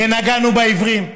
נגענו בעיוורים,